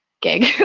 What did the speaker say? gig